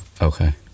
Okay